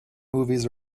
movies